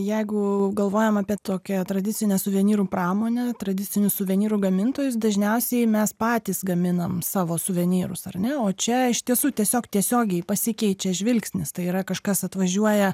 jeigu galvojam apie tokią tradicinę suvenyrų pramonę tradicinių suvenyrų gamintojus dažniausiai mes patys gaminam savo suvenyrus ar ne o čia iš tiesų tiesiog tiesiogiai pasikeičia žvilgsnis tai yra kažkas atvažiuoja